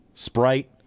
sprite